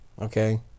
okay